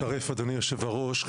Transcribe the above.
תודה על הדיון הזה אדוני יושב הראש.